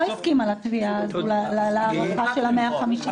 הסכימה להערכה של ה-150 מיליון שקלים.